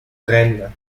reine